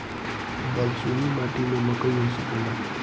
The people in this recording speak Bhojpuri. बलसूमी माटी में मकई हो सकेला?